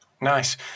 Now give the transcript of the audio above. nice